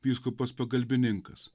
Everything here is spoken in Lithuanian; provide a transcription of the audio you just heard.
vyskupas pagalbininkas